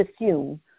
assume